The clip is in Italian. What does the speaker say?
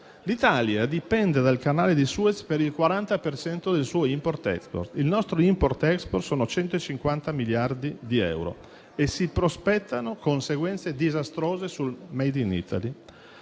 L'Italia dipende dal Canale di Suez per il 40 per cento del suo *import-export;* il nostro *import-export* vale circa 150 miliardi di euro e si prospettano conseguenze disastrose sul *made in Italy*.